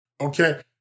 okay